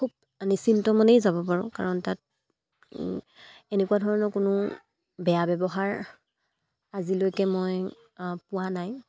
খুব নিশ্চিন্ত মনেই যাব পাৰোঁ কাৰণ তাত এনেকুৱা ধৰণৰ কোনো বেয়া ব্যৱহাৰ আজিলৈকে মই পোৱা নাই